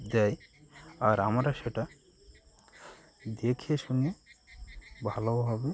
দেয় আর আমরা সেটা দেখেশুনে ভালোভাবে